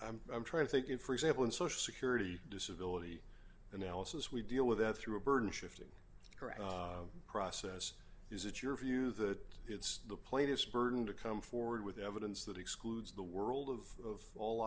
i'm trying to think in for example in social security disability analysis we deal with that through a burden shifting or process is it your view that it's the plaintiff's burden to come forward with evidence that excludes the world of